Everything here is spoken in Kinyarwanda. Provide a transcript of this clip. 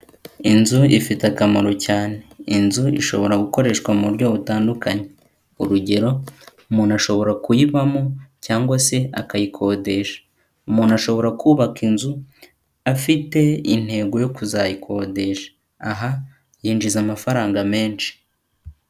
Inzu ifite akamaro cyane, inzu ishobora gukoreshwa mu buryo butandukanye, urugero umuntu ashobora kuyibamo cyangwa se akayikodesha, umuntu ashobora kubaka inzu afite intego yo kuzayikodesha, aha yinjiza amafaranga menshi.